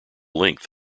length